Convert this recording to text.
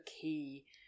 key